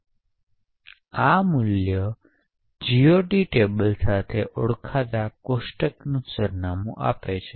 તેથી આ મૂલ્ય GOT ટેબલ તરીકે ઓળખાતા કોષ્ટકનું સરનામું આપે છે